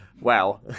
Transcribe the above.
Wow